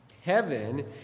Heaven